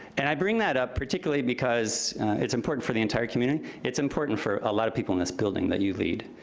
and i bring that up particularly because it's important for the entire community. it's important for a lot of people in this building, that you lead,